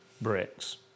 bricks